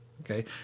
Okay